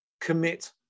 commit